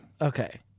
Okay